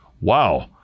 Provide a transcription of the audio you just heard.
Wow